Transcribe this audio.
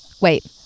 wait